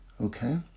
Okay